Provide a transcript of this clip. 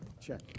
Check